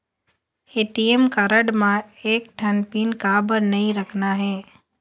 ATM card म एक ठन पिन काबर नई रखना हे?